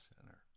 center